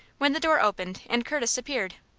when the door opened and curtis appeared.